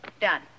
Done